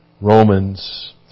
Romans